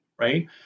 right